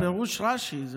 זה פירוש רש"י.